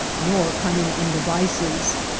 nor cunning in devices.